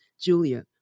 Julia